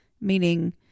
meaning